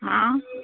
हा